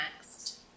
next